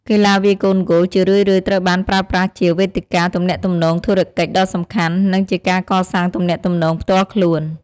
កីឡាវាយកូនហ្គោលជារឿយៗត្រូវបានប្រើប្រាស់ជា វេទិកាទំនាក់ទំនងធុរកិច្ចដ៏សំខាន់ និងជាការកសាងទំនាក់ទំនងផ្ទាល់ខ្លួន។